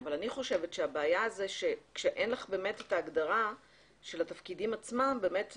אבל אני חושבת שהבעיה זה כשאין לך את ההגדרה של התפקידים עצמם בסוף